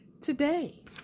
today